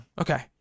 Okay